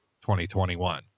2021